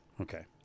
Okay